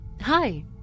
Hi